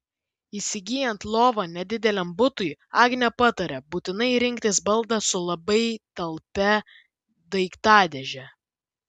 įsigyjant lovą nedideliam butui agnė pataria būtinai rinktis baldą su labai talpia daiktadėže